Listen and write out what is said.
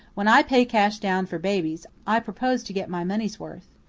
when i pay cash down for babies, i propose to get my money's worth.